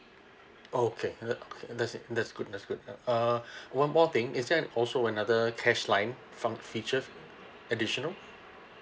okay uh that's it that's good that's good uh one more thing is there and also another cash line func~ features additional